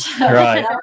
Right